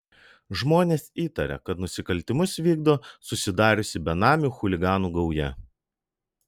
žmonės įtaria kad nusikaltimus vykdo susidariusi benamių chuliganų gauja